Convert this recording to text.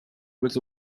with